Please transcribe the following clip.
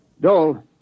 Dole